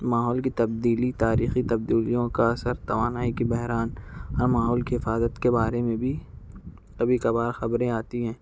ماحول کی تبدیلی تاریخی تبدیلیوں کا اثر توانائی کی بحران ہاں ماحول کی حفاظت کے بارے میں بھی کبھی کبھار خبریں آتی ہیں